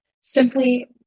simply